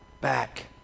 back